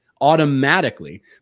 automatically